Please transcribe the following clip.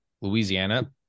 Louisiana